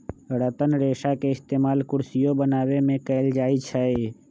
रतन रेशा के इस्तेमाल कुरसियो बनावे में कएल जाई छई